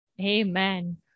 Amen